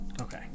Okay